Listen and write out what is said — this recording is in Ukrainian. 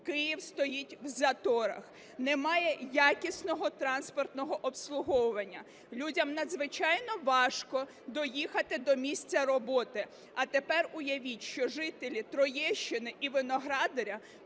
Київ стоїть в заторах, немає якісного транспортного обслуговування. Людям надзвичайно важко доїхати до місця роботи. А тепер уявіть, що жителі Троєщини і Виноградаря,